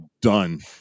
done